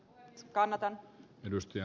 arvoisa puhemies